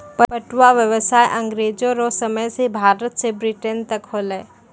पटुआ व्यसाय अँग्रेजो रो समय से भारत से ब्रिटेन तक होलै